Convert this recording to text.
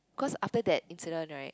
cause after that incident right